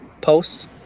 posts